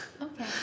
okay